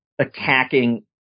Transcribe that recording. attacking